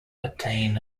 attain